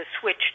switch